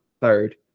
third